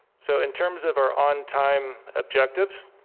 so in terms of our on time objectives,